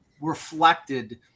reflected